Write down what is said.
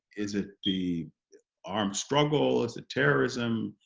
is it the armed struggle? is it terrorism?